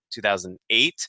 2008